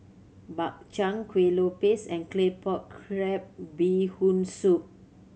Bak Chang Kueh Lopes and Claypot Crab Bee Hoon Soup